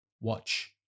watch